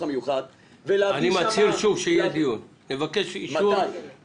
במשרד החינוך שיודעים ליישם את הרפורמות.